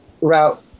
route